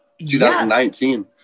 2019